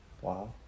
Wow